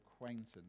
acquaintance